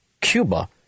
Cuba